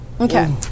okay